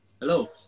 Hello